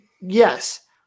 Yes